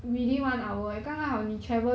mm